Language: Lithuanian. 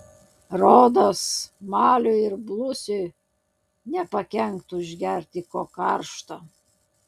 rodos maliui ir blusiui nepakenktų išgerti ko karšto